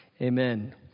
amen